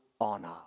honor